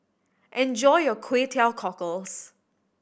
enjoy your Kway Teow Cockles